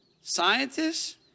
scientists